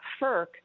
FERC